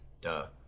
Duh